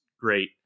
Great